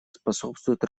способствуют